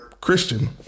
Christian